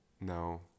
no